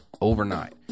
overnight